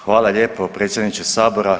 Hvala lijepo predsjedniče sabora.